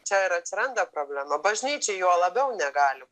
čia ir atsiranda problema bažnyčia juo labiau negali